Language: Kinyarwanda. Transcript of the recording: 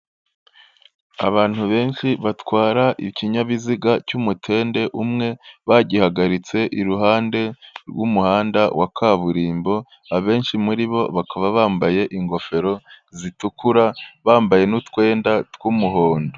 Abantu benshi batwara ikinyabiziga cy'umutende umwe, bagihagaritse iruhande rw'umuhanda wa kaburimbo, abenshi muri bo bakaba bambaye ingofero zitukura, bambaye n'utwenda tw'umuhondo.